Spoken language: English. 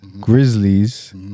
Grizzlies